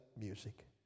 music